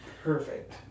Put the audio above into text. Perfect